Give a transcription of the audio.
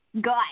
good